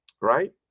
right